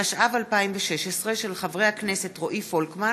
התשע"ו 2016, של חברי הכנסת רועי פולקמן,